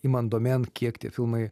imant domėn kiek tie filmai